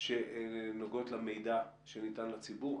שנוגעים למידע שניתן לציבור.